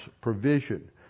provision